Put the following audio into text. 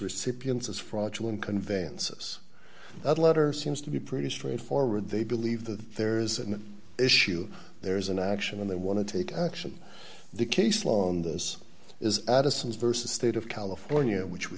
recipients as fraudulent conveyance us that letter seems to be pretty straightforward they believe that there is an issue there is an action and they want to take action the case law on this is addison's versus state of california which w